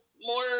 more